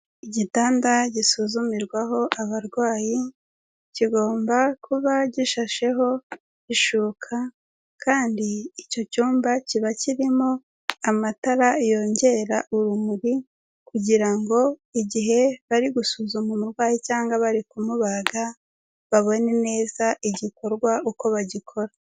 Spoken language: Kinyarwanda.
Igitanda gisuzumirwaho abarwayi, kigomba kuba gishasheho ishuka, kandi icyo cyumba kiba kirimo amatara yongera urumuri, kugira ngo igihe bari gusuzuma umurwayi cyangwa bari kumubaga, babone neza igikorwa uko bagikora.